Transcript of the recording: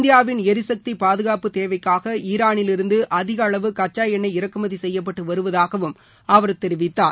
இந்தியாவின் எரிசக்தி பாதுகாப்பு தேவைக்காக ஈரானிலிருந்து அதிக அளவு கச்சாஎண்ணெய் இறக்குமதி செய்யப்பட்டு வருவதாகவும் அவர் தெரிவித்தார்